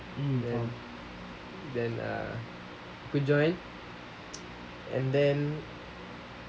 then then uh aku join and then